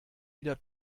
wieder